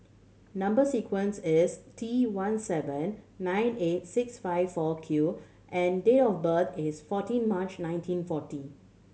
number sequence is T one seven nine eight six five four Q and date of birth is fourteen March nineteen forty